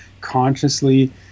consciously